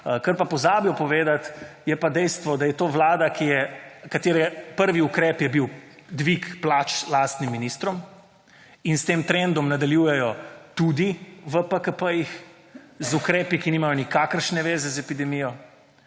kar pa pozabijo povedati je pa dejstvo, da je to Vlada katere prvi ukrep je bil dvig plač lastnim ministrom in s tem trendom nadaljujejo tudi v PKP, z ukrepi, ki nimajo nikakršne veze z epidemijo,